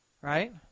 right